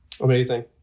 amazing